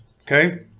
okay